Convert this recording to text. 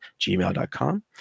gmail.com